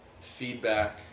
feedback